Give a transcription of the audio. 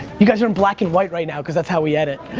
you guys are in black and white right now cause that's how we edit.